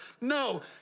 No